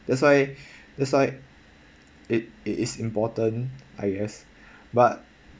that's why that's why it it is important I guess but